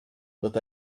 but